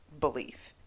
belief